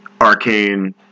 arcane